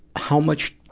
how much,